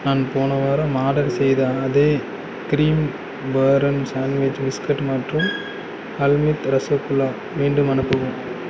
நான் போன வாரம் ஆர்டர் செய்த அதே க்ரீம் போரன் சான்ட்விச் பிஸ்கட் மற்றும் ஹல்வித் ரசகுல்லா மீண்டும் அனுப்பவும்